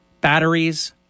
Batteries